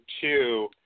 two